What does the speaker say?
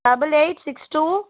double eight six two